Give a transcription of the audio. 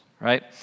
Right